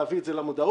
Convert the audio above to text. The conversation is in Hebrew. להביא את זה למודעות,